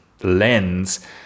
lens